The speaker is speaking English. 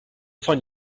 find